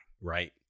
right